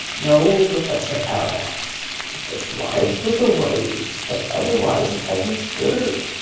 no, professor aronnax. it just rides with the waves, but otherwise it hasn't stirred.